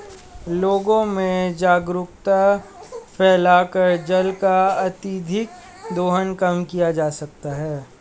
लोगों में जागरूकता फैलाकर जल का अत्यधिक दोहन कम किया जा सकता है